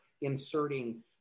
inserting